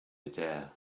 midair